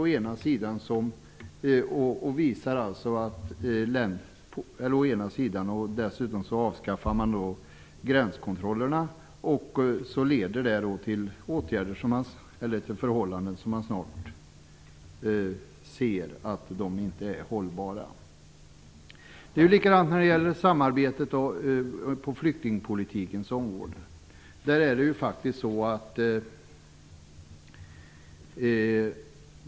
Å andra sidan avskaffar man gränskontrollerna, vilket leder till förhållanden som man snart inser är ohållbara. Det är likadant när det gäller samarbetet på flyktingpolitikens område.